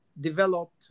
developed